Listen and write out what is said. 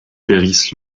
périssent